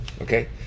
Okay